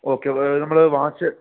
okay നമ്മൾ watch